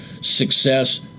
success